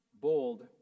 bold